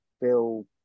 feel